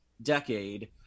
decade